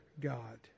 God